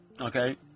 okay